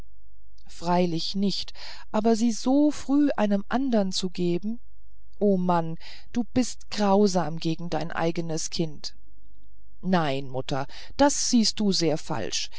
freilich nicht aber sie so früh einem andern zu geben o mann du bist grausam gegen dein eigenes kind nein mutter das siehst du sehr falsch